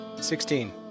Sixteen